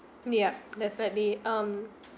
yup definitely um